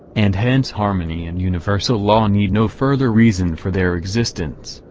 and hence harmony and universal law need no further reason for their existence,